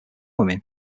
women